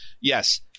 yes